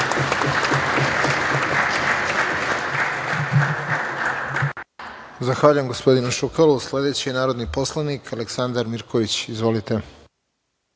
Zahvaljujem gospodinu Šukalu. Reč ima narodni poslanik Aleksandar Mirković. Izvolite.